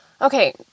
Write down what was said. Okay